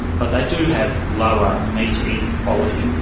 but they do have lower meat eating quality.